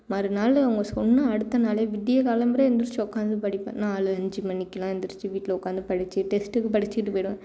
மறுநாள் அவங்க சொன்ன அடுத்த நாளே விடிய காலம்பற எழுந்திரிச்சி உட்காந்து படிப்பேன் நாலு அஞ்சு மணிக்குலாம் எழுந்திரிச்சி வீட்டில் உட்காந்து படித்து டெஸ்ட்டுக்கும் படித்துக்கிட்டு போய்டுவேன்